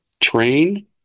train